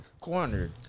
corner